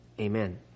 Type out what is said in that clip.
amen